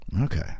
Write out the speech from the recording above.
Okay